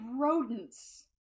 rodents